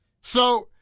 So-